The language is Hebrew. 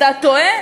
אתה טועה.